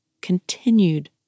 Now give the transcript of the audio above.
continued